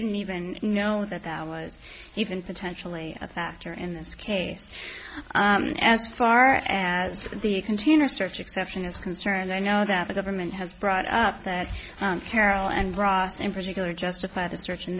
didn't even know that that was even potentially a factor in this case and as far as the container search exception is concerned i know that the government has brought up that carol and ross in particular justify the search in